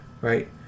Right